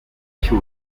cy’u